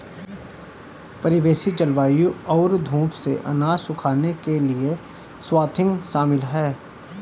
परिवेशी वायु और धूप से अनाज सुखाने के लिए स्वाथिंग शामिल है